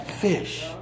fish